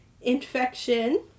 infection